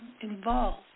involved